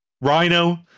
rhino